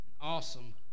awesome